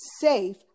safe